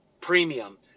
premium